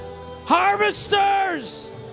Harvesters